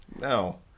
No